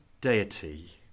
deity